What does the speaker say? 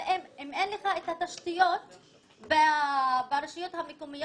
אבל אם אין לך את התשתיות ברשויות המקומיות,